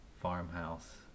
farmhouse